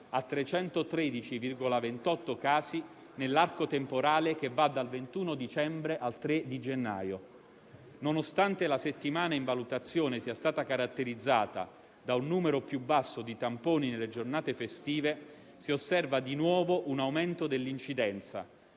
a 313,28 casi nell'arco temporale che va dal 21 dicembre al 3 gennaio. Nonostante la settimana in valutazione sia stata caratterizzata da un numero più basso di tamponi nelle giornate festive, si osserva di nuovo un aumento dell'incidenza,